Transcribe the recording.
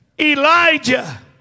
Elijah